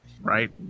right